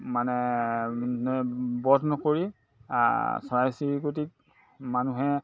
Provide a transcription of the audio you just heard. মানে বধ নকৰি চৰাই চিৰিকটিক মানুহে